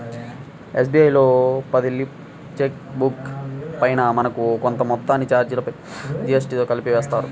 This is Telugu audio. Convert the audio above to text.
ఎస్.బీ.ఐ లో పది లీఫ్ల చెక్ బుక్ పైన మనకు కొంత మొత్తాన్ని చార్జీలుగా జీఎస్టీతో కలిపి వేస్తారు